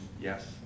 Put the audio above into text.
Yes